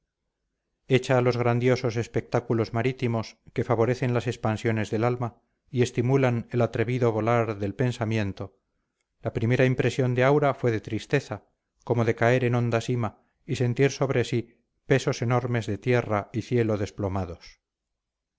a los grandiosos espectáculos marítimos que favorecen las expansiones del alma y estimulan el atrevido volar del pensamiento la primera impresión de aura fue de tristeza como de caer en honda sima y sentir sobre sí pesos enormes de tierra y cielo desplomados